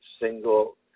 single